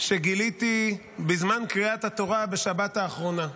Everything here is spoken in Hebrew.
שגיליתי בזמן קריאת התורה בשבת האחרונה.